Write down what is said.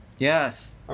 Yes